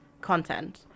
content